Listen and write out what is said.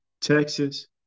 Texas